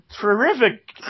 terrific